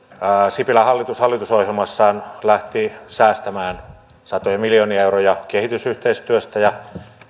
sipilän hallitus hallitusohjelmassaan lähti säästämään satoja miljoonia euroja kehitysyhteistyöstä ja